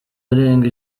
arenga